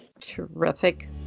Terrific